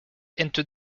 into